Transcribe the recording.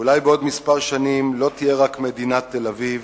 אולי בעוד כמה שנים לא תהיה רק מדינת תל-אביב,